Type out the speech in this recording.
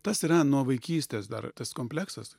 tas yra nuo vaikystės dar tas kompleksas